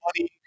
money